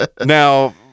Now